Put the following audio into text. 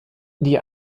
die